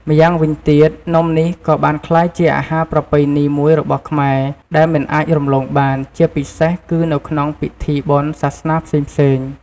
ម្យ៉ាងវិញទៀត នំនេះក៏បានក្លាយជាអាហារប្រពៃណីមួយរបស់ខ្មែរ ដែលមិនអាចរំលងបាន ជាពិសេសគឺនៅក្នុងពិធីបុណ្យសាសនាផ្សេងៗ។